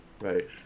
Right